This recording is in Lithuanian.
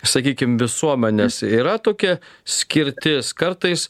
sakykim visuomenės yra tokia skirtis kartais